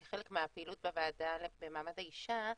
כחלק מהפעילות בוועדה למעמד האישה,